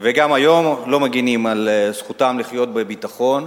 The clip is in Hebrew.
וגם היום לא מגינים על זכותם לחיות בביטחון.